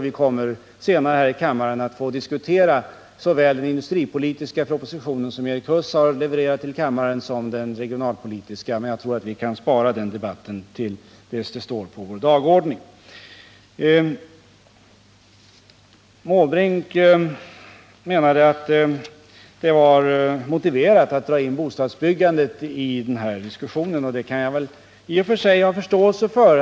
Vi kommer senare att här i kammaren få diskutera såväl den industripolitiska propositionen, som Erik Huss har lagt fram för riksdagen, som den regionalpolitiska propositionen, men jag tror vi kan spara den debatten tills de propositionerna står på vår dagordning. Bertil Måbrink menade att det var motiverat att dra in bostadsbyggandet i denna diskussion, och det kan jag i och för sig ha förståelse för.